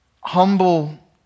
humble